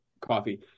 coffee